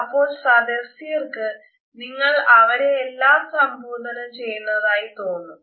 അപ്പോൾ സദസ്യർക് നിങ്ങൾ അവരെയെല്ലാം സംബോധന ചെയ്യുന്നതായി തോന്നും